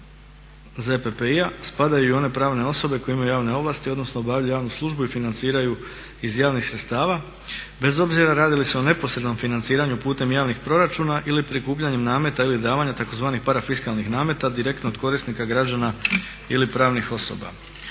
ZPPI-a spadaju i one pravne osobe koje imaju javne ovlasti, odnosno obavljaju javnu službu i financiraju iz javnih sredstava bez obzira radi li se o neposrednom financiranju putem javnih proračuna ili prikupljanjem nameta ili davanja tzv. parafiskalnih nameta direktno od korisnika, građana ili pravnih osoba.